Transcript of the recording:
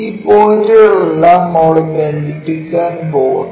ഈ പോയിന്റുകളെല്ലാം അവിടെ ബന്ധിപ്പിക്കാൻ പോകുന്നു